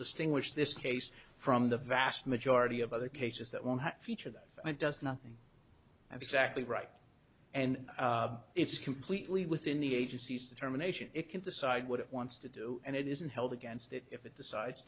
distinguish this case from the vast majority of other cases that one feature that does nothing have exactly right and it's completely within the agency's determination it can decide what it wants to do and it isn't held against it if it decides